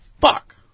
fuck